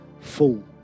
full